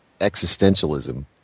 existentialism